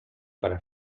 para